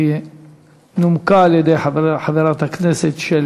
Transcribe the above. שנומקה על-ידי חברת הכנסת שלי